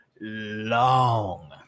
long